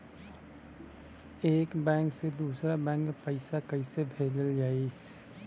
एगो बैक से दूसरा बैक मे पैसा कइसे भेजल जाई?